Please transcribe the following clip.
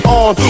on